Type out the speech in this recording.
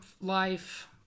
life